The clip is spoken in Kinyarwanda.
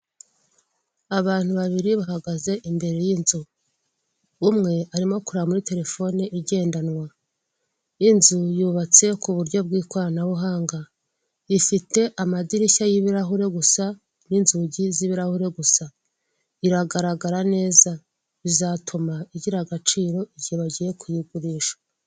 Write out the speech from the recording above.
Abantu babiri bahagaze imbere y'inzu, umwe arimo kure muri terefone igendanwa, inzu yubatse ku buryo bw'ikoranabuhanga. Ifite amadirishya y'ibirahure gusa n'inzugi z'ibirahure gusa, iragaragara neza bizatuma igira agaciro igihe bagiye kuyigurisha.